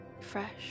fresh